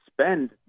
spend